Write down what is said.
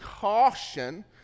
caution